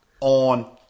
on